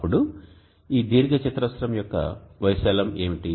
అప్పుడు ఈ దీర్ఘచతురస్రం యొక్క వైశాల్యం ఏమిటి